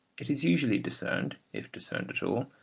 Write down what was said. it is usually discerned, if discerned at all,